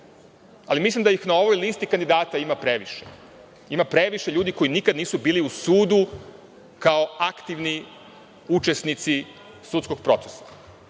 ali mislim da na ovoj listi kandidata ima previše. Ima previše ljudi koji nikada nisu bili u sudu kao aktivni učesnici sudskog procesa.